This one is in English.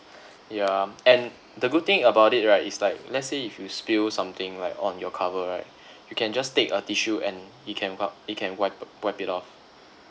ya and the good thing about it right is like let's say if you spill something like on your cover right you can just take a tissue and it can wipe it can wipe wipe it off